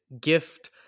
gift